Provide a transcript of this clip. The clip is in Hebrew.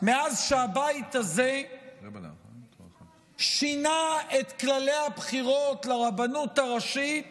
מאז הבית הזה שינה את כללי הבחירות לרבנות הראשית